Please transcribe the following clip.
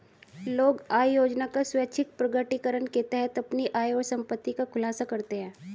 लोग आय योजना का स्वैच्छिक प्रकटीकरण के तहत अपनी आय और संपत्ति का खुलासा करते है